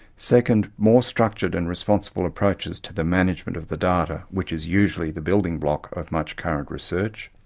second, more structured and responsible approaches to the management of the data which is usually the building block of much current research,